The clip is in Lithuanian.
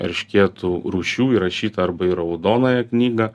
eršketų rūšių įrašyta arba į raudonąją knygą